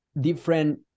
different